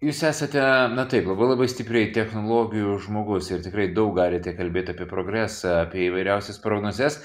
jūs esate na taip labai labai stipriai technologijų žmogus ir tikrai daug galite kalbėti apie progresą apie įvairiausias prognozes